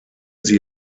sie